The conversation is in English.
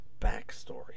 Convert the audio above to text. backstory